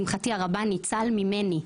המטופל ניצל ממני,